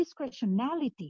discretionality